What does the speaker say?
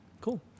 Cool